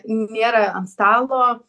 nėra ant stalo